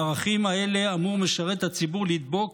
בערכים האלה אמור משרת הציבור לדבוק